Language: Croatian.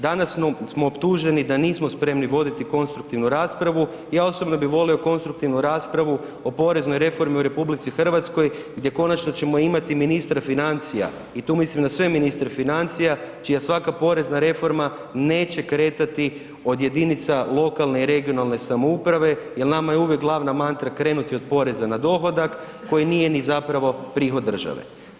Danas smo optuženi da nismo spremni voditi konstruktivnu raspravu, ja osobno bih volio konstruktivnu raspravu o poreznoj reformi u RH gdje konačno ćemo imati ministra financija i tu mislim na sve ministre financija čija svaka porezna reforma neće kretati od jedinica lokalne i regionalne samouprave jer nama je uvijek glavna mantra krenuti od poreza na dohodak koji nije ni zapravo prihod države.